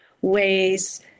ways